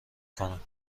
کنم